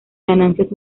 ganancias